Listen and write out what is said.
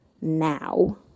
now